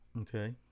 Okay